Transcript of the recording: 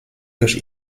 durch